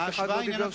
ואף אחד לא אמר דבר.